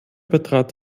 betrat